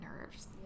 nerves